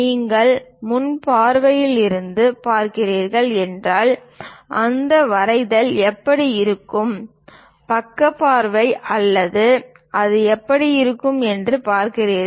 நீங்கள் முன் பார்வையில் இருந்து பார்க்கிறீர்கள் என்றால் அந்த வரைதல் எப்படி இருக்கும் பக்க பார்வை அது எப்படி இருக்கும் என்று பார்க்கிறது